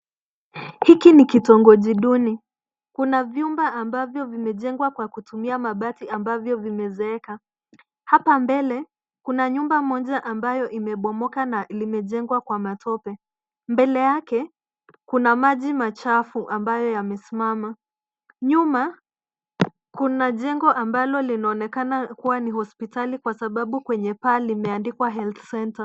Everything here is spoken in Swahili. Hiki ni kitongoji duni. Kuna vyombo ambavyo vimejengwa kwa kutumia mabati ambavyo vimezeeka. Hapa mbele kuna nyumba moja ambayo imebomoka na limejengwa kwa matope. Mbele yake kuna maji machafu ambayo yamesimama. Nyuma kuna jengo ambalo linaonekana kua ni hospitali kwa sababu kwenye paa limeandika Health Centre .